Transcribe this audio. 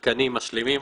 התקנים משלימים.